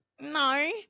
No